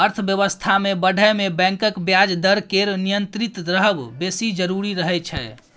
अर्थबेबस्था केँ बढ़य मे बैंकक ब्याज दर केर नियंत्रित रहब बेस जरुरी रहय छै